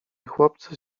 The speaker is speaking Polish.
chłopcy